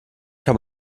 kann